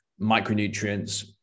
micronutrients